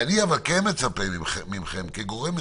אבל אני מצפה מכם כגורם מתכלל,